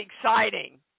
exciting